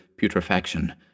putrefaction